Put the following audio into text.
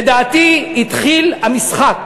לדעתי התחיל המשחק